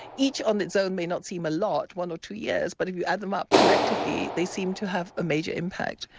each on its own may not seem a lot, one or two years, but if you add them up collectively they seem to have a major impact.